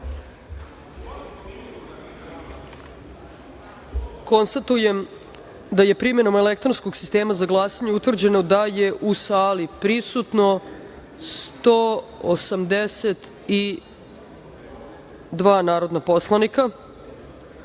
glasanje. Konstatujem da je primenom elektronskog sistema za glasanje utvrđeno da je u sali ukupno prisutno 182 narodna poslanika,